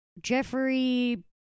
Jeffrey